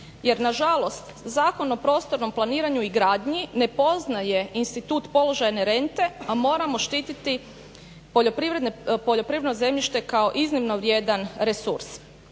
jer nažalost Zakon o prostornom planiranju i gradnji ne poznaje institut položajne rente a moramo štititi poljoprivredne, poljoprivredno zemljište kao iznimno vrijedan resurs.